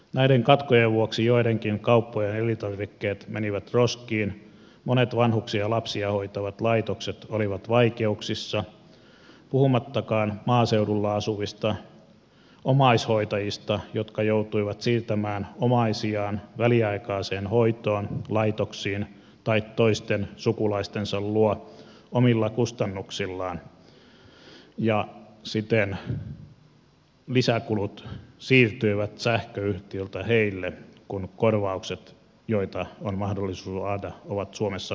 näiden katkojen vuoksi joidenkin kauppojen elintarvikkeet menivät roskiin monet vanhuksia ja lapsia hoitavat laitokset olivat vaikeuksissa puhumattakaan maaseudulla asuvista omaishoitajista jotka joutuivat siirtämään omaisiaan väliaikaiseen hoitoon laitoksiin tai toisten sukulaistensa luo omilla kustannuksillaan ja siten lisäkulut siirtyivät sähköyhtiöltä heille kun korvaukset joita on mahdollisuus saada ovat suomessa olemattomia